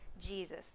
Jesus